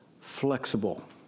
flexible